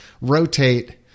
rotate